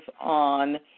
on